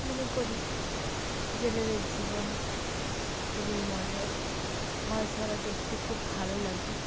মনে করি জেলেদের জীবন খুবই মজার মাছ ধরা দেখতে খুব ভালো লাগে